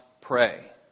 pray